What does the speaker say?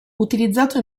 utilizzato